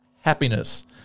Happiness